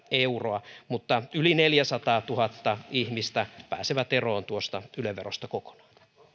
euroa mutta yli neljäsataatuhatta ihmistä pääsee eroon yle verosta kokonaan